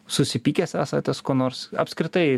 susipykęs esate kuo nors apskritai